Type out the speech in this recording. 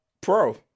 pro